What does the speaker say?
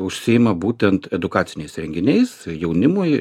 užsiima būtent edukaciniais renginiais jaunimui